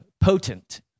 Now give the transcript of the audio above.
potent